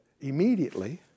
immediately